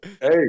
Hey